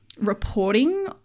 reporting